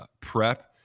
prep